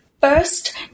first